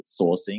sourcing